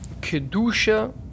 kedusha